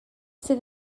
sydd